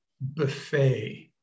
buffet